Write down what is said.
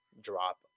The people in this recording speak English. drop